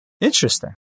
Interesting